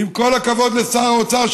ועם כל הכבוד לשר האוצר,